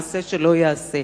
מעשה שלא ייעשה.